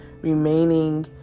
remaining